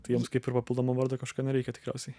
tai jiems kaip ir papildomo vardo kažkokio nereikia tikriausiai